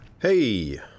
Hey